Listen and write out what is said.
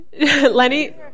Lenny